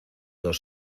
dos